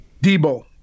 Debo